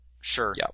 Sure